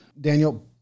Daniel